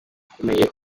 ukomeye